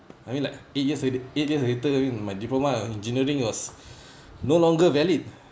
I mean like eight years la~ eight years later I mean my diploma engineering was no longer valid